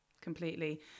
completely